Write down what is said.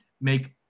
make